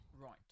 Right